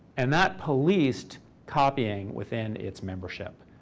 and that policed copying within its membership.